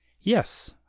Yes